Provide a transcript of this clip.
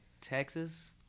Texas